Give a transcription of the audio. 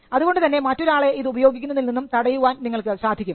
അതുകൊണ്ടുതന്നെ മറ്റൊരാളെ ഇത് ഉപയോഗിക്കുന്നതിൽ നിന്നും തടയുവാൻ നിങ്ങൾക്ക് സാധിക്കും